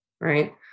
Right